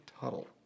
Tuttle